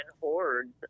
hordes